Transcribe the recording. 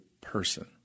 person